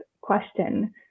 question